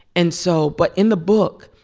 and so but in the book,